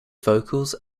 vocals